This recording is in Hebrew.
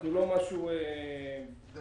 אנחנו לא משהו ערטילאי.